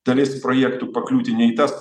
dalis projektų pakliūti ne į tas